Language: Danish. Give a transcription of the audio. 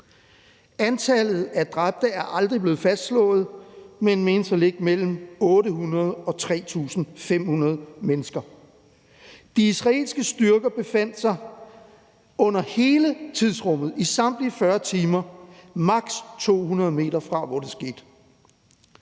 Antallet af dræbte er aldrig blevet fastslået, men det menes at ligge mellem 800 og 3.500 mennesker, og de israelske styrker befandt sig i hele tidsrummet, i samtlige 40 timer, maks. 200 meter fra, hvor det skete.